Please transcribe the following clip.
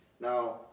Now